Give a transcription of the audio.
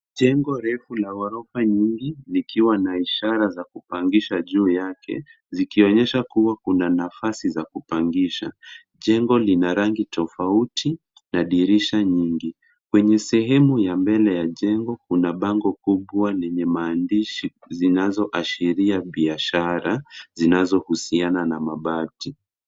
Jengo refu la gorofa nyingi, likiwa na ishara za kupangisha juu yake, zikionyesha kuwa kuna nafasi za kupangisha. Jengo lina rangi tofauti na dirisha nyingi. Kwenye sehemu ya mbele ya jengo kuna bango kubwa lenye maandishi zinazoashiria biashara, zinazohusiana na mabati.